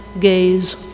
gaze